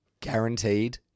Guaranteed